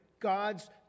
God's